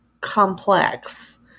complex